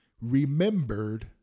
remembered